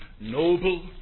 noble